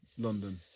London